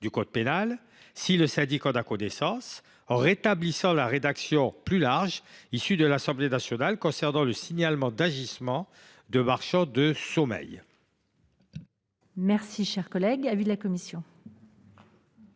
du code pénal, si le syndic en a connaissance, en rétablissant la rédaction plus large issue de l’Assemblée nationale concernant le signalement des agissements des marchands de sommeil.